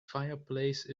fireplace